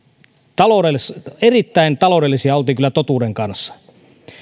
erittäin taloudellisia oltiin totuuden kanssa